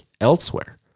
elsewhere